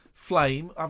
Flame